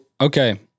okay